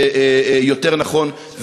יותר נכון,